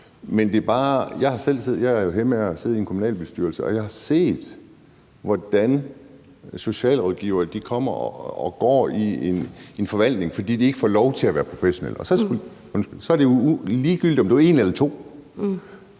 at have siddet i en kommunalbestyrelse, og jeg har set, hvordan socialrådgivere kommer og går i en forvaltning, fordi de ikke får lov til at være professionelle. Og så er det ligegyldigt, om der er en eller to,